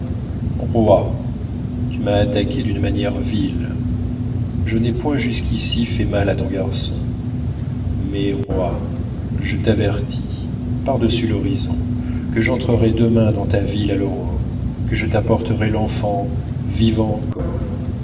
tu m'as attaqué d'une manière vile je n'ai point jusqu'ici fait mal à ton garçon mais roi je t'avertis par-dessus l'horizon que j'entrerai demain dans ta ville à l'aurore que je t'apporterai l'enfant vivant encore